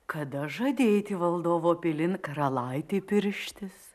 kada žadi eiti valdovo pilin karalaitei pirštis